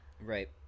right